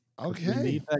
Okay